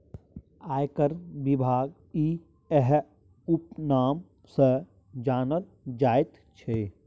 आयकर विभाग इएह उपनाम सँ जानल जाइत छै